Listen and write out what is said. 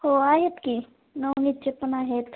हो आहेत की नवनीतचे पण आहेत